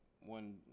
one